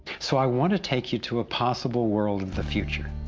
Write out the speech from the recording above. so i want to take you to a possible world of the future.